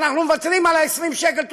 אנחנו מוותרים על ה-20 שקל,